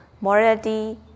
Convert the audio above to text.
morality